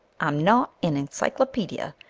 i'm not an encyclopedia,